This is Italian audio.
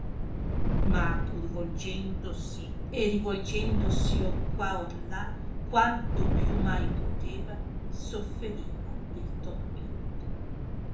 ma pur volgendosi e rivolgendosi or qua or là quanto più mai poteva sofferiva il tormento